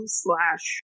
slash